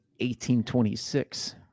1826